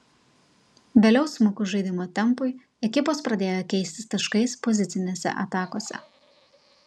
vėliau smukus žaidimo tempui ekipos pradėjo keistis taškais pozicinėse atakose